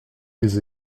des